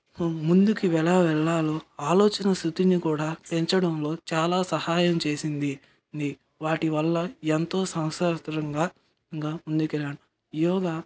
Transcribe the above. ముందుకి ఎలా వెళ్ళాలో ఆలోచన స్థితిని కూడా పెంచడంలో చాలా సహాయం చేసింది ది వాటి వల్ల ఎంతో సంసారతరంగా ముందుకు వెళ్ళాను యోగా